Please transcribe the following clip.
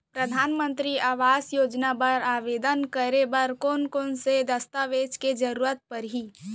परधानमंतरी आवास योजना बर आवेदन करे बर कोन कोन से दस्तावेज के जरूरत परही?